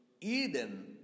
Eden